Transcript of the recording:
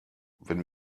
wenn